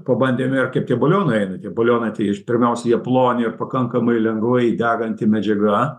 pabandėme ir kaip tie balionai eina tie balionai tai i pirmiausia jie ploni ir pakankamai lengvai deganti medžiaga